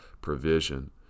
provision